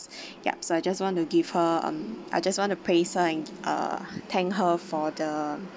yup so I just wanted to give her um I just want to praise her uh thank her for the